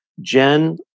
Jen